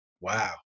Wow